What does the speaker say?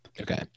Okay